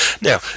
Now